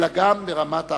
אלא גם ברמת ההכנסה.